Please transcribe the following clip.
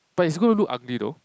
but it's gonna look ugly though